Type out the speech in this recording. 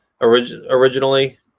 originally